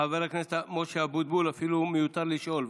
חבר הכנסת משה אבוטבול, אפילו מיותר לשאול.